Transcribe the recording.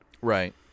Right